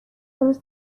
روز